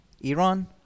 Iran